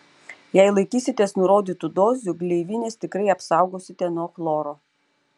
jei laikysitės nurodytų dozių gleivines tikrai apsaugosite nuo chloro